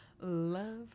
Love